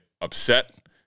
upset